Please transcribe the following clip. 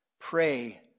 pray